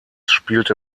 spielte